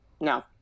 No